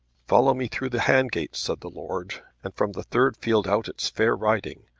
follow me through the handgates, said the lord, and from the third field out it's fair riding.